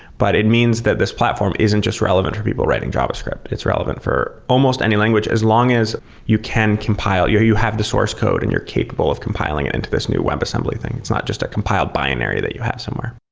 but it means that this platform isn't just relevant for people writing javascript. it's relevant for almost any language as long as you can compile, you have the source code and you're capable of compiling it into this new webassembly thing. it's not just a compiled binary you have somewhere.